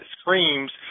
screams